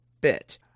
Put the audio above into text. bit